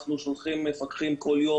אנחנו שולחים מפקחים כל יום.